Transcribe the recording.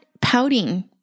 pouting